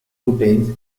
footage